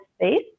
space